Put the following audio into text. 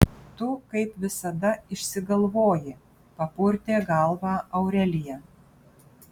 tu kaip visada išsigalvoji papurtė galvą aurelija